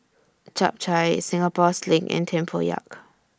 Chap Chai Singapore Sling and Tempoyak